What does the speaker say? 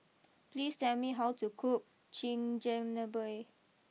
please tell me how to cook Chigenabe